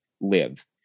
live